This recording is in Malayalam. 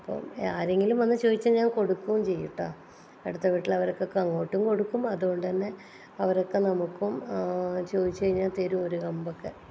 അപ്പോൾ ആരെങ്കിലും വന്നു ചോദിച്ചാൽ ഞാൻ കൊടുക്കും ചെയ്യും കേട്ടോ അടുത്ത വീട്ടിലെ അവർക്കൊക്കെ അങ്ങോട്ടും കൊടുക്കും അതുകൊണ്ട് തന്നെ അവരൊക്കെ നമുക്കും ചോദിച്ചു കഴിഞ്ഞാൽ തരും ഒരു കമ്പൊക്കെ